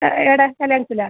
ആ ഏട കല്ല്യാൺസിലോ